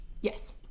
Yes